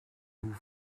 vous